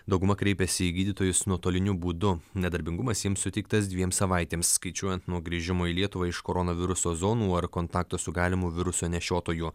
dauguma kreipėsi į gydytojus nuotoliniu būdu nedarbingumas jiems suteiktas dviem savaitėms skaičiuojant nuo grįžimo į lietuvą iš koronaviruso zonų ar kontakto su galimu viruso nešiotoju